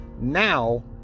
now